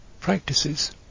practices